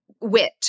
WIT